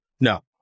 No